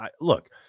Look